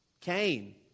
Cain